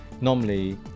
normally